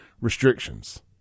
restrictions